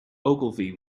ogilvy